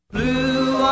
Blue